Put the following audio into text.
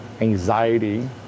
anxiety